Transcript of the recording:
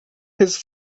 his